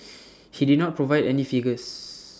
he did not provide any figures